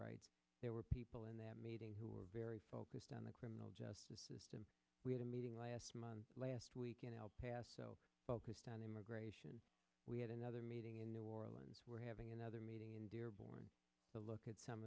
rights there were people in that meeting who are very focused on the criminal justice system we had a meeting last month last week in el paso focused on immigration we had another meeting in new orleans we're having another meeting in dearborn to look at some